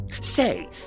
Say